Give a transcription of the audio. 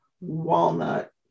walnut